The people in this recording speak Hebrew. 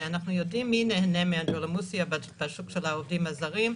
ואנחנו יודעים מי נהנה מהאנדרלמוסיה בשוק העובדים הזרים,